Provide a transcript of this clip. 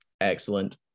Excellent